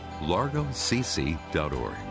largocc.org